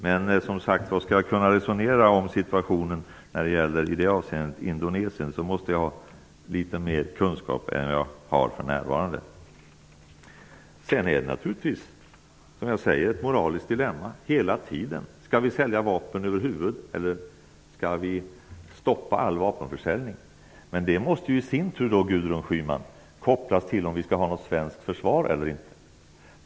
Men om jag skall kunna resonera om Indonesien i det avseendet måste jag ha litet mer kunskap än vad jag har för närvarande. Det är naturligtvis hela tiden ett moraliskt dilemma. Skall vi över huvud taget sälja vapen, eller skall vi stoppa all vapenförsäljning? Det måste i sin tur kopplas till om vi skall ha något svenskt försvar eller inte, Gudrun Schyman.